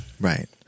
Right